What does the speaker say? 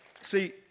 see